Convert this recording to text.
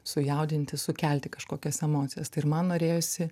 sujaudinti sukelti kažkokias emocijas tai ir man norėjosi